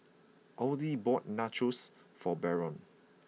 Odie bought Nachos for Barron